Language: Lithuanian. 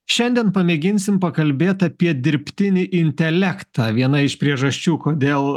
šiandien pamėginsim pakalbėt apie dirbtinį intelektą viena iš priežasčių kodėl